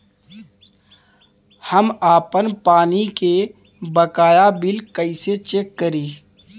हम आपन पानी के बकाया बिल कईसे चेक करी?